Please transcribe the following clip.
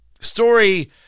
Story